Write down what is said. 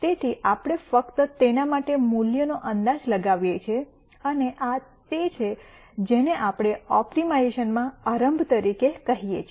તેથી આપણે ફક્ત તેના માટે મૂલ્યનો અંદાજ લગાવીએ છીએ અને આ તે છે જેને આપણે ઓપ્ટિમાઇઝેશનમાં આરંભ તરીકે કહીએ છીએ